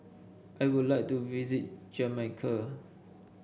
I would like to visit Jamaica